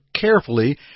carefully